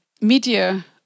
media